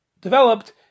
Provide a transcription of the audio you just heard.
developed